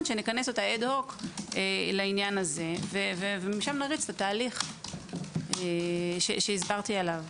נכנס אותה אד הוק לעניין הזה ומשים נריץ את התהליך שהסברתי עליו.